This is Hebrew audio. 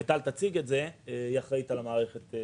מיטל תציג, היא אחראית על המערכת בקרן.